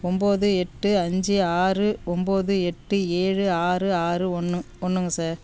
ஒம்பது எட்டு அஞ்சு ஆறு ஒம்பது எட்டு ஏழு ஆறு ஆறு ஒன்று ஒன்றுங்க சார்